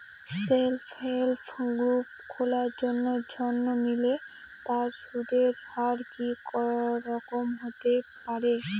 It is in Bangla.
সেল্ফ হেল্প গ্রুপ খোলার জন্য ঋণ নিলে তার সুদের হার কি রকম হতে পারে?